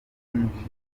ibyinshi